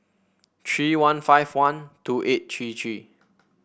three one five one two eight three three